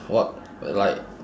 what like